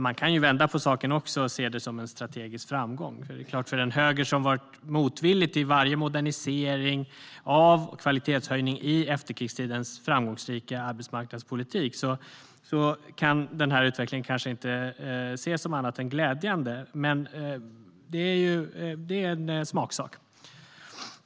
Man kan ju vända på saken och se det som en strategisk framgång också - det är klart att denna utveckling kanske inte kan ses som annat än glädjande för en höger som varit motvillig till varje modernisering av och kvalitetshöjning i efterkrigstidens framgångsrika arbetsmarknadspolitik - men det är en smaksak.